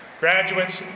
graduates,